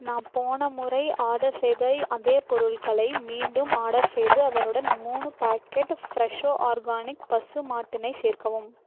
நான் போன முறை ஆர்டர் செய்த அதே பொருட்களை மீண்டும் ஆர்டர் செய்து அதனுடன் மூணு பேக்கெட் ஃப்ரெஷோ ஆர்கானிக் பசு மாட்டு நெய் சேர்க்கவும்